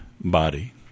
body